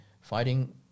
fighting